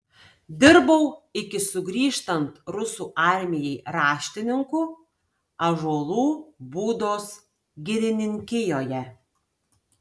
dirbau iki sugrįžtant rusų armijai raštininku ąžuolų būdos girininkijoje